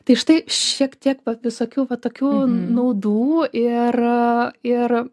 tai štai šiek tiek visokių va tokių naudų ir ir